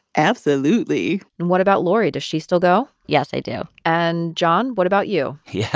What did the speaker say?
absolutely and what about lori? does she still go? yes, i do and, john, what about you? yeah,